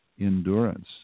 endurance